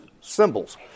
symbols